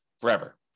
forever